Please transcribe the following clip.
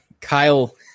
Kyle